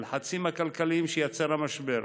הלחצים הכלכליים שייצר המשבר,